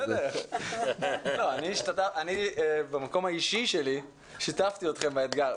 בסדר, אני מהמקום האישי שלי שיתפתי אתכם באתגר.